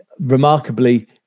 remarkably